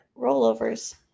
rollovers